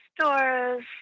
stores